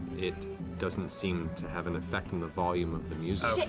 it doesn't seem to have an effect on the volume of the music.